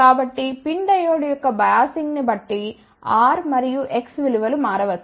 కాబట్టి PIN diode యొక్క biasing ని బట్టి R మరియు X విలువ లు మారవచ్చు